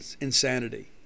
insanity